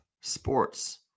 sports